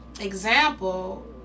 example